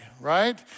right